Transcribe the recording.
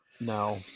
No